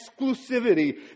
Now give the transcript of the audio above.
exclusivity